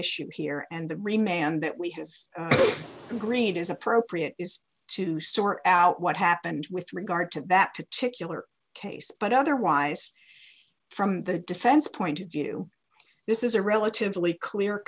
issue here and remain and that we have agreed is appropriate is to sort out what happened with regard to that particular case but otherwise from the defense point of view this is a relatively clear